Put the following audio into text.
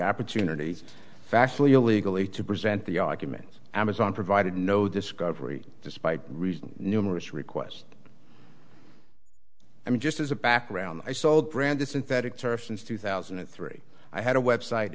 factually illegally to present the argument amazon provided no discovery despite reason numerous requests i mean just as a background i sold branded synthetic turf since two thousand and three i had a website